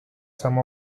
some